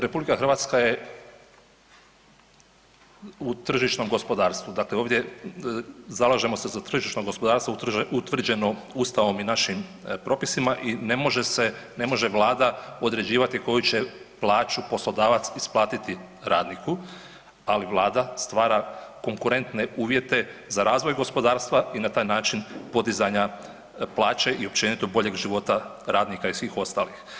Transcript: RH je u tržišnom gospodarstvu, dakle ovdje zalažemo se za tržišno gospodarstvo utvrđeno Ustavom i našim propisima i ne može se, ne može Vlada određivati koju će plaću poslodavac isplatiti radniku, ali Vlada stvara konkurentne uvjete za razvoj gospodarstva i na taj način podizanja plaće i općenito boljeg života radnika i svih ostalih.